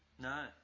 No